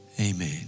Amen